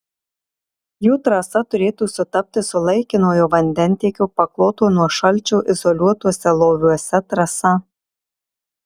jų trasa turėtų sutapti su laikinojo vandentiekio pakloto nuo šalčio izoliuotuose loviuose trasa